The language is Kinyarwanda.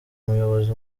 umuyobozi